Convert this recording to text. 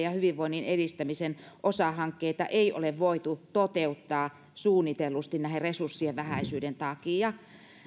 ja hyvinvoinnin edistämisen osahankkeita ei ole voitu toteuttaa suunnitellusti näiden resurssien vähäisyyden takia